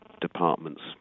department's